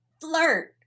flirt